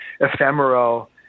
ephemeral